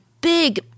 big